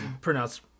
pronounced